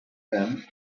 them